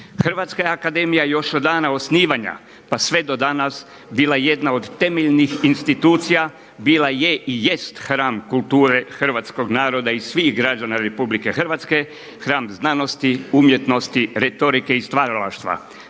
Hrvatska je Akademija još od dana osnivanja pa sve do danas bila jedna od temeljnih institucija, bila je i jest hram kulture hrvatskog naroda i svih građana RH, hram znanosti, umjetnosti, retorike i stvaralaštva.